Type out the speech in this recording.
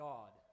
God